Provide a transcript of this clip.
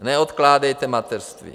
Neodkládejte mateřství.